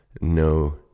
no